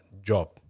job